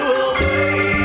away